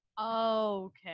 Okay